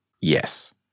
Yes